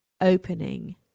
opening